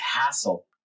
hassle